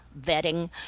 vetting